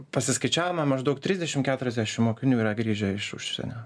pasiskaičiavome maždaug trisdešim keturiasdešim mokinių yra grįžę iš užsienio